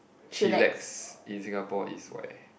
chillax in Singapore is where